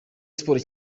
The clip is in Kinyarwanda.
siporo